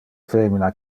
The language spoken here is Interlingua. femina